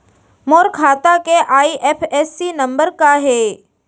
मोर खाता के IFSC number का हे?